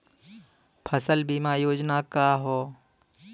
फसल बीमा योजना का ह?